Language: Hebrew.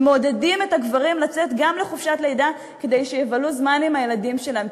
ומעודדים גם את הגברים לצאת לחופשת לידה כדי שיבלו זמן עם הילדים שלהם.